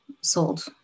sold